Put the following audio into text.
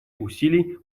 усилий